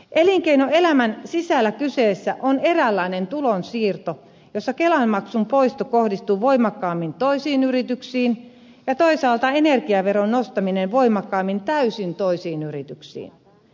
elinkeinoelämän sisällä kyseessä on eräänlainen tulonsiirto jossa kelamaksun poisto kohdistuu voimakkaammin toisiin yrityksiin ja toisaalta energiaveron nostaminen voimakkaammin täysin toisiin yrityksiin